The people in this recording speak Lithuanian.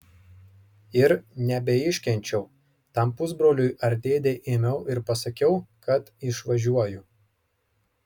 ir nebeiškenčiau tam pusbroliui ar dėdei ėmiau ir pasisakiau kad išvažiuoju